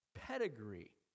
pedigree